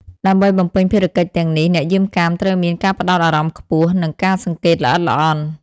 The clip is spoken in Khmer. ដើម្បីបំពេញភារកិច្ចទាំងនេះ អ្នកយាមកាមត្រូវមាន ការផ្តោតអារម្មណ៍ខ្ពស់ និង ការសង្កេតល្អិតល្អន់។